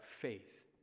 faith